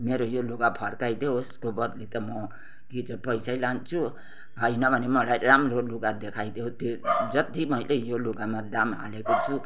मेरो यो लुगा फर्काइदेउ यसको बदली त म कि चाहिँ म पैसै लान्छु होइन भने मलाई राम्रो लुगा देखाइदेउ त्यो जत्ति मैले यो लुगामा दाम हालेको छु